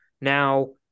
now